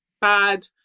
bad